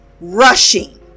rushing